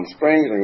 Springs